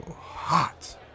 hot